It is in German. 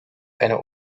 eine